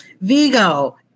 Vigo